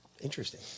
Interesting